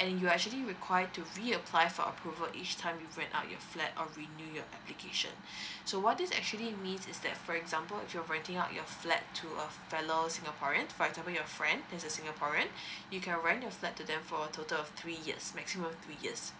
and you are actually require to reapply for approval each time you rent out your flat or renew your application so what this actually means is that for example if you're reting out your flat to a fellow singaporeans for example your friend that's a singaporean you can rent your flat to them for a total of three years maximum three years